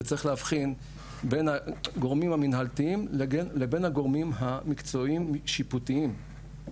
וצריך להבחין בין הגורמים המנהלתיים לבין הגורמים המקצועיים שיפוטיים.